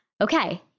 okay